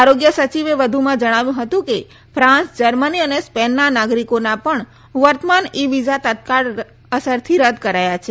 આરોગ્ય સચિવે વધુમાં જણાવ્યું હતું કે ફાન્સ જર્મની અને સ્પેનના નાગરિકોના પણ વર્તમાન ઇ વિઝા તત્કાળ અસરથી રદ કરાયા છે